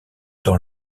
dans